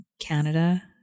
canada